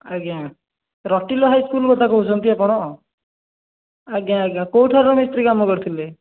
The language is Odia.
ଆଜ୍ଞା ରଟିଲୋ ହାଇ ସ୍କୁଲ୍ କଥା କହୁଛନ୍ତି ଆପଣ ଆଜ୍ଞା ଆଜ୍ଞା କେଉଁଠାର ମିସ୍ତ୍ରୀ କାମ କରିଥିଲେ